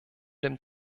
dem